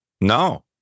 No